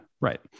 right